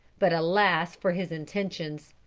but alas for his intentions!